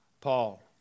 Paul